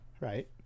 Right